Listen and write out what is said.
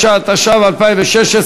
69), התשע"ו 2016,